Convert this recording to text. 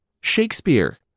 Shakespeare